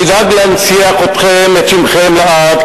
נדאג להנציח את שמכם לעד,